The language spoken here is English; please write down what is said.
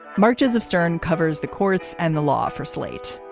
marches of stern covers the courts and the law for slate